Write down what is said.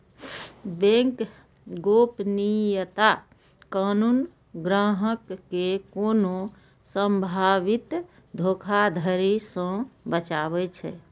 bank गोपनीयता कानून ग्राहक कें कोनो संभावित धोखाधड़ी सं बचाबै छै